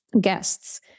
guests